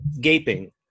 Gaping